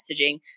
messaging